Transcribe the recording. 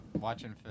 Watching